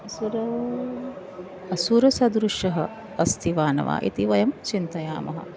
असुरः असुरसदृशः अस्ति वा न वा इति वयं चिन्तयामः